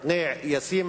ישים,